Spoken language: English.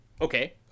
okay